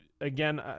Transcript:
again